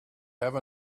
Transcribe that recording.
have